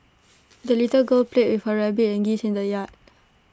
the little girl played with her rabbit and geese in the yard